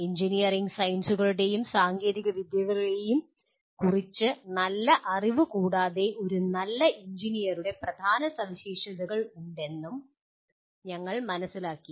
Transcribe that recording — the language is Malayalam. എഞ്ചിനീയറിംഗ് സയൻസുകളെയും സാങ്കേതികവിദ്യകളെയും കുറിച്ച് നല്ല അറിവ് കൂടാതെ ഒരു നല്ല എഞ്ചിനീയറുടെ പ്രധാന സവിശേഷതകളും ഉണ്ടെന്നും ഞങ്ങൾ മനസ്സിലാക്കി